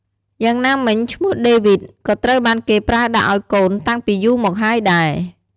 យ៉ាងណាមិញឈ្មោះដេវីដ (David) ក៏ត្រូវបានគេប្រើដាក់អោយកូនតាំងពីយូរមកហើយដែរ។